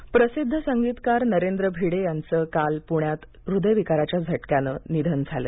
भिडे निधन प्रसिद्ध संगीतकार नरेंद्र भिडे यांच काल पुण्यात हृदयविकाराच्या झटक्यानं निधन झालं